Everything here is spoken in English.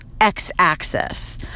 x-axis